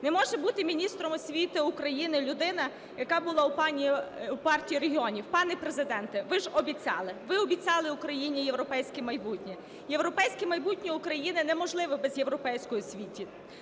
Не може бути міністром освіти України людина, яка була в Партії регіонів. Пане Президенте, ви ж обіцяли, ви обіцяли Україні європейське майбутнє. Європейське майбутнє України неможливе без європейської освіти.